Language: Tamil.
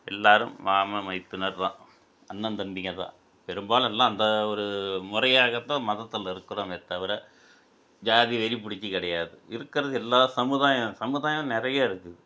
எல்லோரும் மாமன் மைத்துனர் தான் அண்ணன் தம்பிங்க தான் பெரும்பாலும் எல்லாம் அந்த ஒரு முறையாகத்தான் மதத்தில் இருக்கிறோமே தவிர ஜாதி வெறி புடிச்சு கிடையாது இருக்கிறது எல்லா சமுதாயம் சமுதாயம் நிறைய இருக்குது